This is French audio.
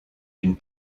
une